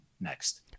next